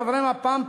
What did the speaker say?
חברי מפ"ם,